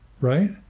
right